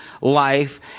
life